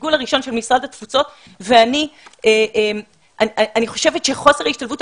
בגלגול הראשון של משרד התפוצות ואני חושבת שחוסר ההשתלבות,